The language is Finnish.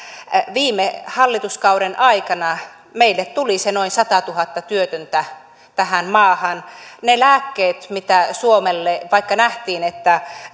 viime hallituskauden aikana meille tuli se noin satatuhatta työtöntä tähän maahan ne lääkkeet mitä suomelle annettiin vaikka nähtiin että